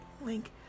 link